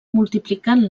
multiplicant